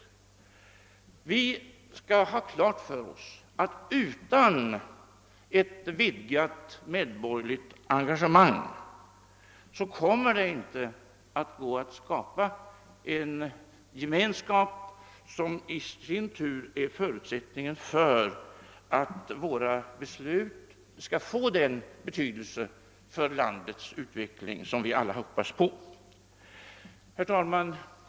Vi måste ha klart för oss att det utan ett vidgat medborgerligt engagemang inte kommer att vara möjligt att åstadkomma en gemen skap, som är förutsättningen för att våra beslut skall få den betydelse för landets utveckling som vi alla hoppas på. Herr talman!